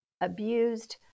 abused